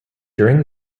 during